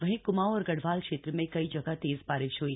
वहीं क्माऊं और गढ़वाल क्षेत्र में कई जगह तेज बारिश ह्ई